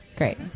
Great